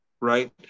right